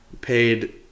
paid